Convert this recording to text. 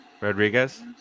Rodriguez